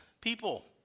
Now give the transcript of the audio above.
people